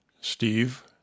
Steve